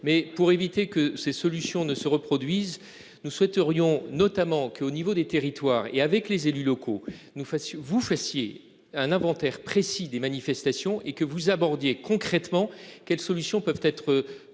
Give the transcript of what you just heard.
mais pour éviter que ces solutions ne se reproduise. Nous souhaiterions notamment que au niveau des territoires et avec les élus locaux, nous fassions vous fassiez un inventaire précis des manifestations et que vous abordiez concrètement quelles solutions peuvent être trouvées